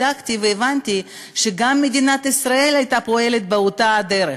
בדקתי והבנתי שגם מדינת ישראל הייתה פועלת באותה הדרך.